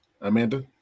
Amanda